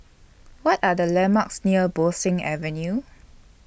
What Are The landmarks near Bo Seng Avenue